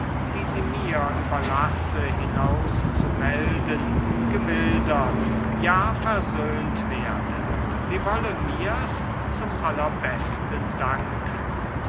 sie mir überlasse hinaus zu melden gemildert ja versöhnt werde sie wolle mir's zum allerbesten danken